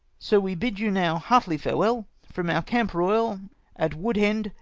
so we bid you now heartily farewell, from our camp koyal at woodhend,